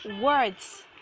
words